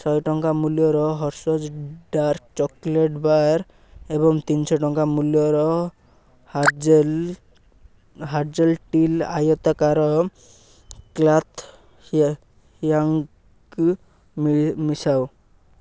ଶହେ ଟଙ୍କା ମୂଲ୍ୟର ହର୍ଷିଜ୍ ଡାର୍କ୍ ଚକୋଲେଟ୍ ବାର୍ ଏବଂ ତିନିଶହ ଟଙ୍କା ମୂଲ୍ୟର ହାଜେଲ ହାଜେଲ ଷ୍ଟିଲ୍ ଆୟତାକାର କ୍ଲଥ୍ ହ୍ୟାଙ୍ଗର୍ ମିଶାଅ